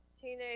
Teenage